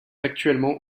actuellement